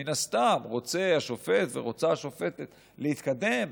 שמן הסתם רוצה השופט ורוצה השופטת להתקדם,